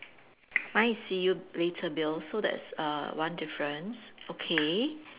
mine is see you later Bill so that's uh one difference okay